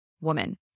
woman